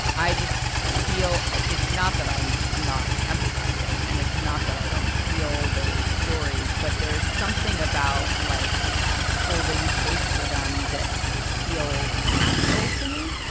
i just feel it's not that i'm not empathizing and it's not that i don't feel those stories, but there's something about like holding space for them that feels natural to me.